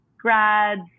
grads